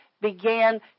began